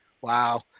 Wow